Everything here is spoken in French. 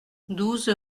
douze